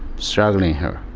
strangling her.